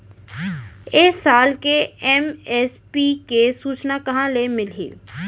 ए साल के एम.एस.पी के सूची कहाँ ले मिलही?